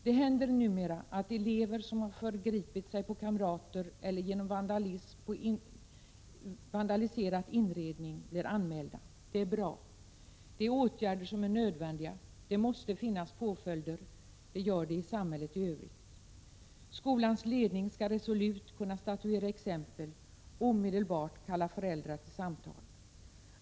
Det händer numera att elever som har förgripit sig på kamrater eller vandaliserat inredning blir anmälda, och det är bra. Sådana åtgärder är nödvändiga. Det måste finnas påföljder — det gör det i samhället i övrigt. Skolans ledning skall resolut kunna statuera exempel och omedelbart kalla föräldrar till samtal.